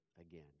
again